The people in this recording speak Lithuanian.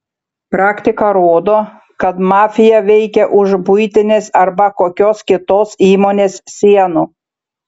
praktika rodo kad mafija veikia už buitinės arba kokios kitos įmonės sienų